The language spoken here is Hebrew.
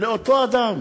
לאותו אדם.